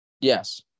Yes